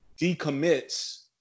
decommits